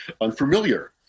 unfamiliar